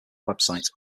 website